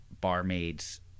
barmaid's